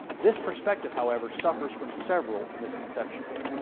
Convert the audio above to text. this perspective, however, suffers from several misconceptions.